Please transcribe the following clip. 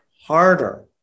harder